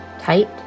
tight